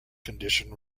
condition